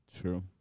True